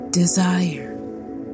Desire